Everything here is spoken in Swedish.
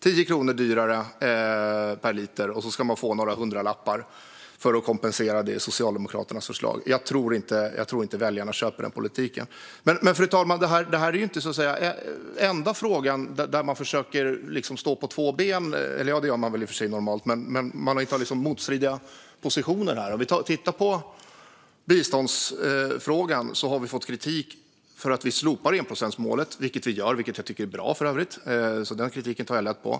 10 kronor dyrare per liter och några hundralappar för att kompensera, det är Socialdemokraternas förslag. Jag tror inte att väljarna köper den politiken. Men, fru talman, det här är inte den enda frågan där de försöker stå på två ben - vilket man i och för sig gör i normala fall - men här intar man alltså motstridiga positioner. När det gäller biståndsfrågan har vi fått kritik för att vi slopar enprocentsmålet, vilket vi gör och vilket jag för övrigt tycker är bra. Den kritiken tar jag lätt på.